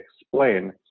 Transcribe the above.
explain